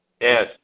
Yes